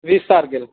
वीस तारखेला